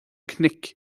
cnoic